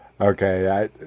Okay